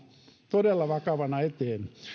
todella vakavana eteen